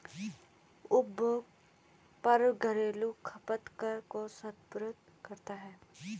उपभोग कर घरेलू खपत कर को संदर्भित करता है